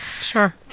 Sure